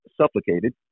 supplicated